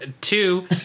Two